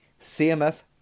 CMF